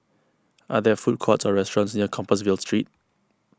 are there food courts or restaurants near Compassvale Street